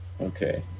Okay